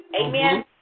Amen